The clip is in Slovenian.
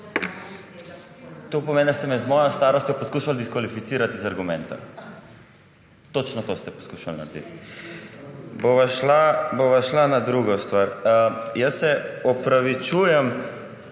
To pomeni, da ste me z mojo starostjo poskušali diskvalificirati iz argumenta. Točno to ste poskušali narediti. Bova šla na drugo stvar. Jaz se opravičujem,